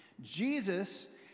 Jesus